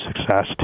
success